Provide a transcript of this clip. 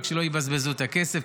רק שלא יבזבזו את הכסף,